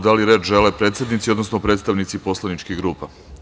Da li reč žele predsednici, odnosno predstavnici poslaničkih grupa?